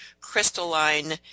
crystalline